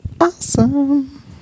Awesome